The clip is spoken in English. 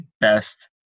best